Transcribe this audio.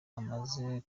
amaze